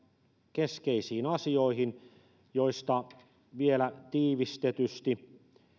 keskeisiin asioihin joista vielä tiivistetysti